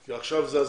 כי עכשיו זה הזמן.